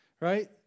Right